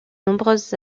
nombreuses